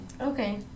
Okay